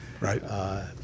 Right